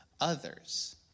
others